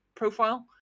profile